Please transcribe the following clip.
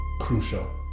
crucial